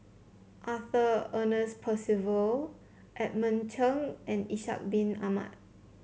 Arthur Ernest Percival Edmund Cheng and Ishak Bin Ahmad